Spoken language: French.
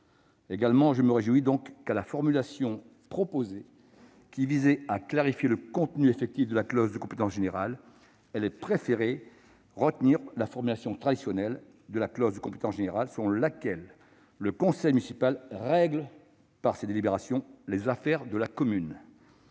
je me réjouis qu'à la formulation initialement proposée, qui visait à clarifier le contenu effectif de la clause de compétence générale, elle ait préféré la formulation traditionnelle de cette clause, selon laquelle le conseil municipal « règle par ses délibérations les affaires de la commune